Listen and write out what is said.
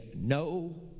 No